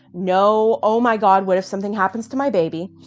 no, oh, my god, what if something happens to my baby?